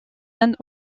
inde